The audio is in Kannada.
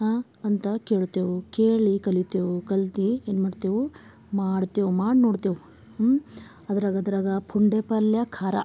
ಹಾಂ ಅಂತ ಕೇಳ್ತೆವು ಕೇಳಿ ಕಲಿತೆವು ಕಲಿತು ಏನುಮಾಡ್ತೆವು ಮಾಡ್ತೆವು ಮಾಡಿ ನೋಡ್ತೆವು ಅದ್ರಗ ಅದರಾಗ ಪುಂಡೆ ಪಲ್ಯ ಖಾರ